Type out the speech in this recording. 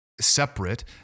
separate